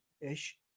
ish